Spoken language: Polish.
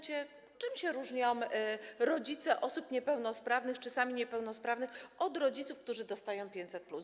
Czym się różnią rodzice osób niepełnosprawnych, czy sami niepełnosprawni, od rodziców, którzy dostają 500+?